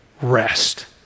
rest